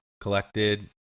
collected